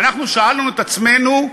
ואנחנו שאלנו את עצמנו,